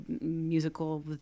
musical